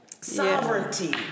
Sovereignty